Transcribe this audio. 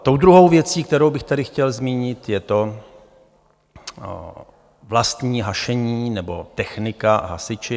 Tou druhou věcí, kterou bych tady chtěl zmínit, je to vlastní hašení nebo technika, hasiči.